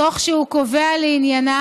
תוך שהוא קובע לעניינה